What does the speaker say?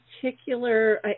particular